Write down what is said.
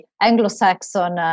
Anglo-Saxon